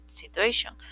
situation